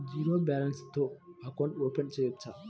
Zero balance తో account open చేయవచ్చు?